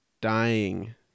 dying